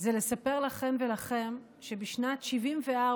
אספר לכן ולכם שבשנת 1974,